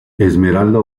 esmeralda